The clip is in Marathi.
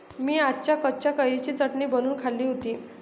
मी आज कच्च्या कैरीची चटणी बनवून खाल्ली होती